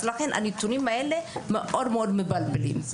לכן הנתונים האלה מאוד מאוד מבלבלים.